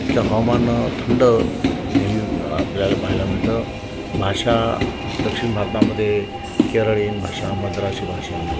तिथलं हवामान थंड नेहमी व आपल्याला पाहायला मिळतं भाषा दक्षिण भारतामध्ये केरळीयन भाषा मद्रासी भाषा